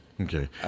Okay